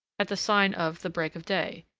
at the sign of the break of day.